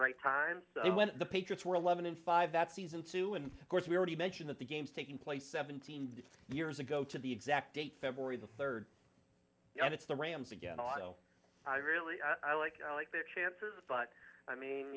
right time when the patriots were eleven in five that season too and of course we already mention that the games taking place seventeen years ago to the exact date february the third and it's the rams again although i really i like their chances but